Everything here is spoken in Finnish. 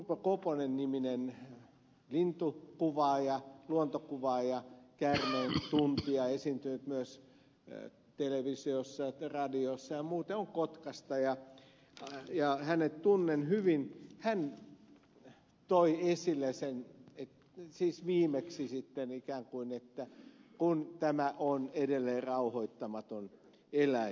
urpo koponen niminen lintukuvaaja luontokuvaaja käärmeentuntija joka on esiintynyt myös televisiossa ja radiossa ja joka on muuten kotkasta ja jonka tunnen hyvin toi esille siis sitten ikään kuin viimeksi että tämä on edelleen rauhoittamaton eläin